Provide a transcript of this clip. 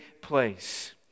place